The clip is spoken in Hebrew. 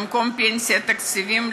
במקום פנסיה תקציבית,